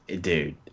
dude